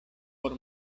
por